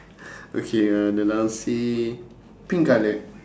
okay uh the langsir pink colour